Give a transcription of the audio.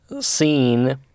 scene